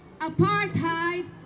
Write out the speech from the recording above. apartheid